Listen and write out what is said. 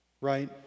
Right